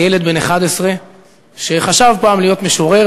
כילד בן 11 שחשב פעם להיות משורר,